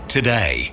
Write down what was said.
today